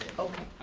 okay.